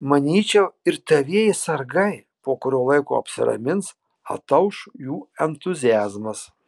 manyčiau ir tavieji sargai po kurio laiko apsiramins atauš jų entuziazmas